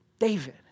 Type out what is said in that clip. David